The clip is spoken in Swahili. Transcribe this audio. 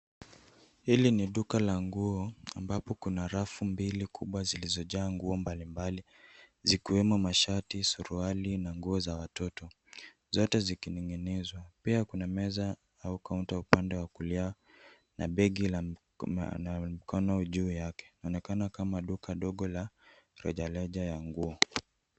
Hili ni duka la nguo ambapo kuna rafu mbili kubwa zilizojaa nguo zikiwemo suruali, mashati na nguo za watoto. Zote zikining'inizwa. Pia kuna meza au kaunta upaned wa kulia na begi la mikono juu yake. Linaonekana kama duka nguo dogo la rejareja ya nguo.